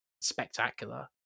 spectacular